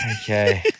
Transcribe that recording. okay